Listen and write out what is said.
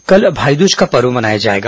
कल भाईदूज का पर्व मनाया जाएगा